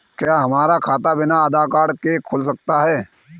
क्या हमारा खाता बिना आधार कार्ड के खुल सकता है?